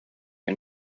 and